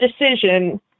decision